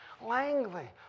Langley